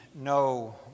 no